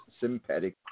sympathetic